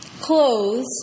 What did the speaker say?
Clothes